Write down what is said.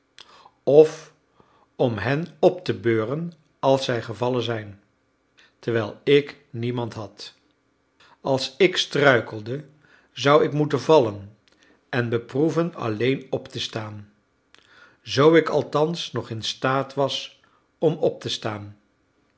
of om hen op te beuren als zij gevallen zijn terwijl ik niemand had als ik struikelde zou ik moeten vallen en beproeven alleen op te staan zoo ik althans nog in staat was om op te staan